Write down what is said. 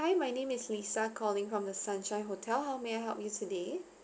hi my name is lisa calling from the sunshine hotel how may I help you today